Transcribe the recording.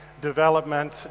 development